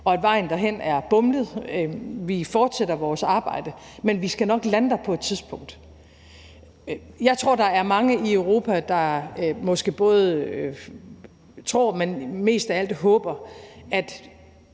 Og vejen derhen er bumlet. Vi fortsætter vores arbejde, men vi skal nok lande der på et tidspunkt. Jeg tror, der er mange i Europa, der måske både tror, men mest af alt håber, at